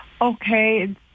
Okay